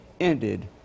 ended